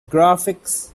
graphics